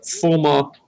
former